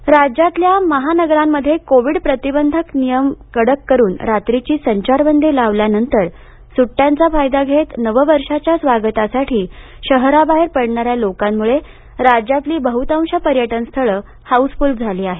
पर्यटन राज्यातल्या महानगरांमध्ये कोविड प्रतिबंधक नियम कडक करून रात्रीची संचारबंदी लावल्यानंतर सुट्यांचा फायदा घेत नववर्षाच्या स्वागतासाठी शहराबाहेर पडणार्याय लोकांमुळे राज्यातली बहुतांश पर्यटनस्थळ हाऊसफुल्ल झाली आहेत